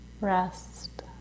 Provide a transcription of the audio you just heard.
rest